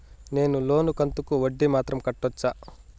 నేను లోను కంతుకు వడ్డీ మాత్రం కట్టొచ్చా?